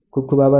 ખુબ ખુબ આભાર